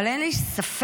אבל אין לי ספק